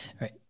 right